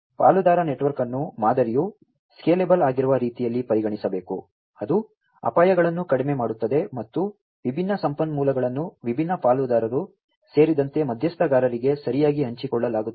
ಪಾಲುದಾರ ನೆಟ್ವರ್ಕ್ ಅನ್ನು ಮಾದರಿಯು ಸ್ಕೇಲೆಬಲ್ ಆಗಿರುವ ರೀತಿಯಲ್ಲಿ ಪರಿಗಣಿಸಬೇಕು ಅದು ಅಪಾಯಗಳನ್ನು ಕಡಿಮೆ ಮಾಡುತ್ತದೆ ಮತ್ತು ವಿಭಿನ್ನ ಸಂಪನ್ಮೂಲಗಳನ್ನು ವಿಭಿನ್ನ ಪಾಲುದಾರರು ಸೇರಿದಂತೆ ಮಧ್ಯಸ್ಥಗಾರರಿಗೆ ಸರಿಯಾಗಿ ಹಂಚಿಕೊಳ್ಳಲಾಗುತ್ತದೆ